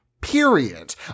period